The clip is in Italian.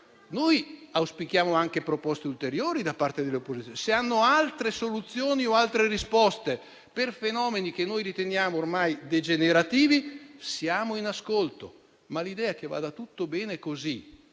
Noi auspichiamo anche proposte ulteriori da parte delle opposizioni. Se hanno altre soluzioni o altre risposte per fenomeni che noi riteniamo ormai degenerativi, siamo in ascolto. Ma l'idea che vada tutto bene così,